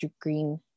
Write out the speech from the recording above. green